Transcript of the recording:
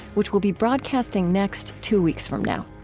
which we'll be broadcasting next, two weeks from now.